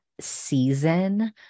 season